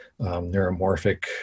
neuromorphic